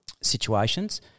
situations